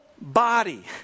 body